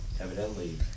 Evidently